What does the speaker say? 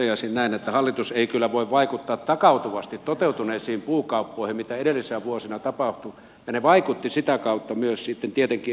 toteaisin näin että hallitus ei kyllä voi vaikuttaa takautuvasti toteutuneisiin puukauppoihin niihin mitä edellisinä vuosina tapahtui ja ne vaikuttivat sitä kautta myös sitten tietenkin energiapolitiikkaan